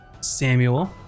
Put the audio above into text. Samuel